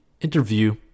interview